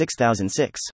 6006